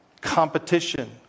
competition